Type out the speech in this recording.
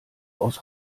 aus